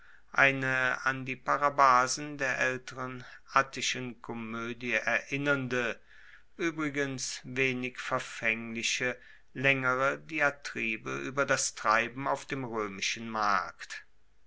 eine an die parabasen der aelteren attischen komoedie erinnernde uebrigens wenig verfaengliche laengere diatribe ueber das treiben auf dem roemischen markt